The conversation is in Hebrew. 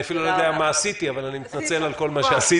אני אפילו לא יודע מה עשיתי אבל אני מתנצל על כל מה שעשיתי,